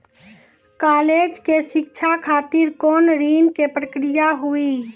College के शिक्षा खातिर कौन ऋण के प्रक्रिया हुई?